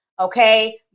okay